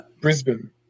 Brisbane